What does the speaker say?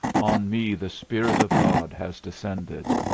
on me the spirit of god has descended.